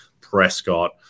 Prescott